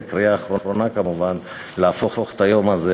וקריאה אחרונה, כמובן להפוך את היום הזה,